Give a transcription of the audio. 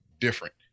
different